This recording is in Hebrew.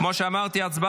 אז אמרת שתענה